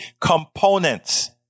components